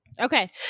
Okay